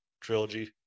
trilogy